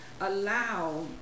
allow